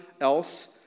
else